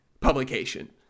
publication